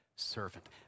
servant